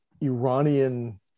Iranian